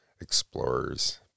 explorers